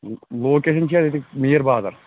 location چھِ اَسہِ ییٚتِکۍ میٖر بازر